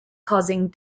causing